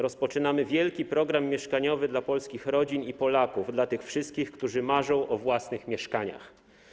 Rozpoczynamy wielki program mieszkaniowy dla polskich rodzin i Polaków, dla tych wszystkich, którzy marzą o własnych mieszkaniach.